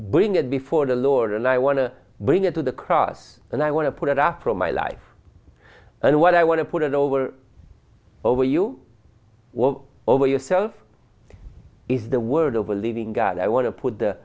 bring it before the lord and i want to bring it to the cross and i want to put it up from my life and what i want to put it over over you over yourself is the word of a living god i want to put the